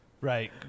Right